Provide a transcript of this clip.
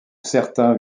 certains